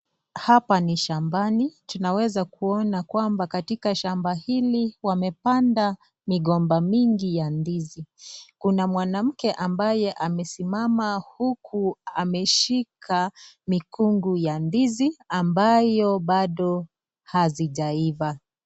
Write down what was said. Hapa ni shambani tunaweza kuona kwamba katika shamba hili wamepanda migomba mingi ya ndizi. Kuna mwanamke ambaye amesimama huku ameshika mikungu ya ndizi ambayo bado hazijaiva.